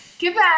Goodbye